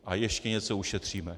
A ještě něco ušetříme.